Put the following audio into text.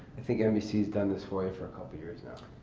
i think nbc has done this for you for a couple years now.